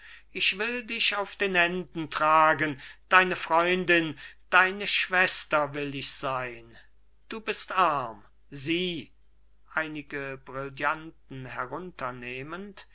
ich will dich auf den händen tragen deine freundin deine schwester will ich sein du bist arm sieh